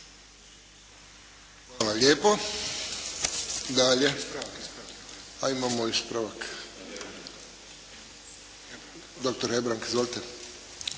Hvala lijepo. Dalje. Imamo ispravak. Doktor Hebrang. Izvolite.